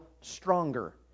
stronger